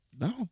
no